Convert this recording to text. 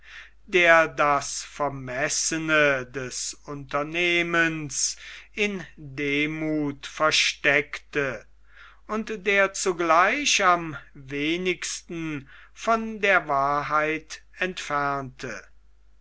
der das vermessene des unternehmens in demuth versteckte und der zugleich am wenigsten von der wahrheit entfernte